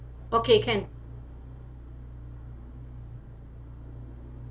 okay can